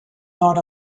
not